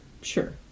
sure